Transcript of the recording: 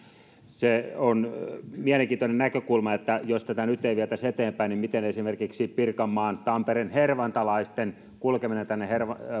se on mielenkiintoinen näkökulma että jos tätä nyt ei vietäisi eteenpäin niin miten esimerkiksi pirkanmaan tampereen hervantalaisten kulkeminen tänne